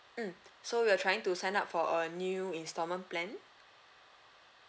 mm so you are trying to sign up for a new instalment plan